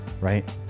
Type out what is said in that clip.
right